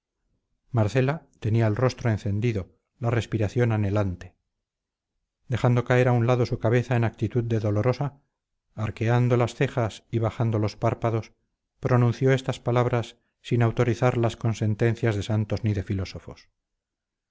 marcela tenía el rostro encendido la respiración anhelante dejando caer a un lado su cabeza en actitud de dolorosa arqueando las cejas y bajando los párpados pronunció estas palabras sin autorizarlas con sentencias de santos ni de filósofos